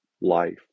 life